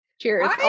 Cheers